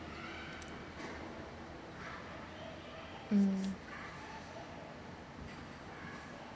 mm